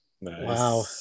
Wow